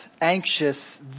anxious